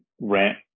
rent